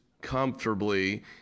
comfortably